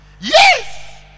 yes